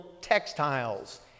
textiles